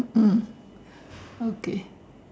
mm okay